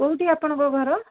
କେଉଁଠି ଆପଣଙ୍କ ଘର